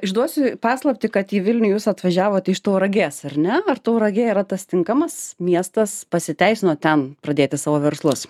išduosiu paslaptį kad į vilniuje jūs atvažiavote iš tauragės ar ne ar tauragė yra tas tinkamas miestas pasiteisino ten pradėti savo verslus